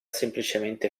semplicemente